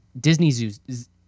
Disney's